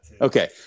Okay